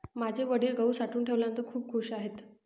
माझे वडील गहू साठवून ठेवल्यानंतर खूप खूश आहेत